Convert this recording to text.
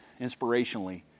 inspirationally